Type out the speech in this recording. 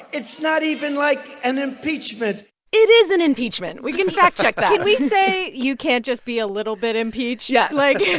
it's not even like an impeachment it is an impeachment. we can fact check that can we say, you can't just be a little bit impeached yes like,